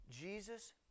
Jesus